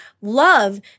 love